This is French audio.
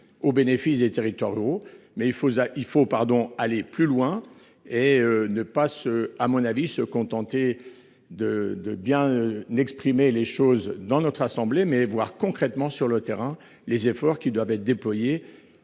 au bénéfice des territoires ruraux. Mais il faut il faut pardon, aller plus loin et ne pas se à mon avis se contenter de de bien n'exprimer les choses dans notre assemblée mais voir concrètement sur le terrain les efforts qui doivent être déployés